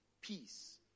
Peace